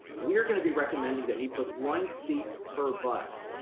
we're gonna be recommending that we put one seat per bus,